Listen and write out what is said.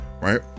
right